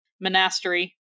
monastery